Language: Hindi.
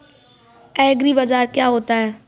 एग्रीबाजार क्या होता है?